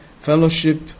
fellowship